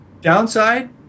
Downside